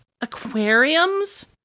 Aquariums